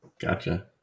Gotcha